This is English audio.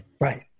Right